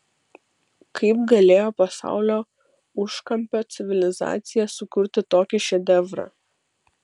kaip galėjo pasaulio užkampio civilizacija sukurti tokį šedevrą